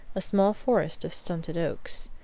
a small forest of stunted oaks,